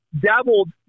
dabbled